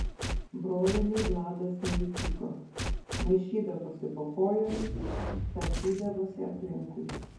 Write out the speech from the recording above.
brolienei vladas neįtiko maišydavosi po kojomis tąsydavosi aplinkui